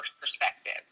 perspective